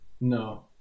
No